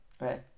right